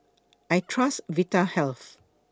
I Trust Vitahealth